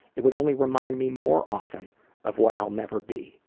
it would only remind me more often of what i'll never be.